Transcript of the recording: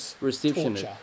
receptionist